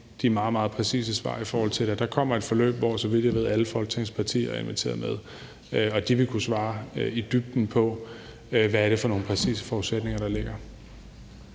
meget, meget præcise svar, i forhold til at der kommer et forløb, hvor, så vidt jeg ved, alle Folketingets partier er inviteret med. De vil kunne svare i dybden på, hvad det er for nogle præcise forudsætninger, der ligger.